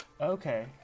Okay